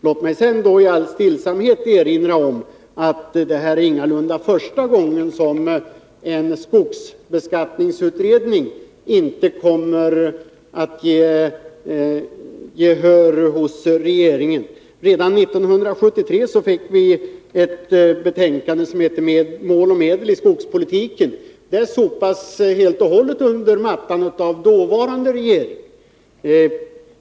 Låt mig sedan i all stillsamhet erinra om att detta ingalunda är första gången som en skogsbeskattningsutredning inte vinner gehör hos regeringen. Redan 1973 framlades ett betänkande med titeln Mål och medel i skogspolitiken. Det sopades helt under mattan av den dåvarande regeringen.